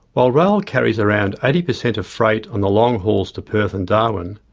while rail carries around eighty per cent of freight on the long hauls to perth and darwin,